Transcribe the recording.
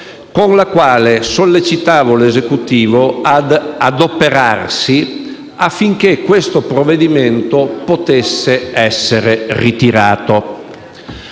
con la quale sollecitavo l'Esecutivo ad adoperarsi affinché questo provvedimento potesse essere ritirato.